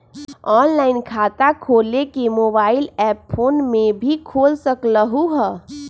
Online खाता खोले के मोबाइल ऐप फोन में भी खोल सकलहु ह?